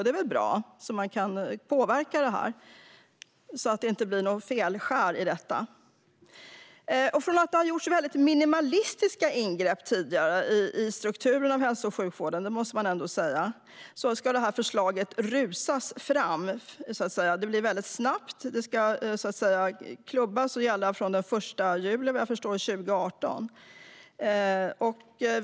Det är väl bra att man kan påverka det här, så att det inte blir några felskär. Från att det tidigare har gjorts minimalistiska ingrepp i strukturen av hälso och sjukvården ska det här förslaget rusas fram. Det ska gå snabbt. Det ska klubbas och vad jag förstår börja gälla från den 1 juli 2018.